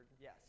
yes